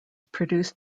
produced